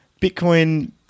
Bitcoin